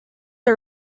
are